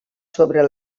sobre